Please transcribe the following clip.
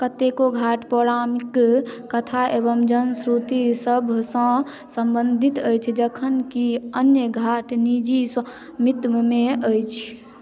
कतेको घाट पौराणिक कथा एवं जनश्रुति सभसँ संबंधित अछि जखनकि अन्य घाट निजी स्वामित्वमे अछि